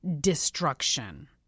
destruction